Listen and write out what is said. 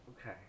Okay